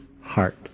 heart